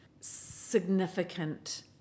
significant